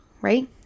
right